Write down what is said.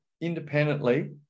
independently